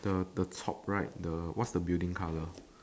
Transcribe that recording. the the top right the what's the building colour